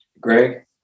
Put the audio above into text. Greg